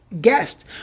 guest